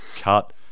cut